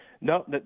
No